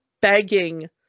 begging